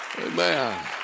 Amen